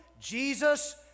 Jesus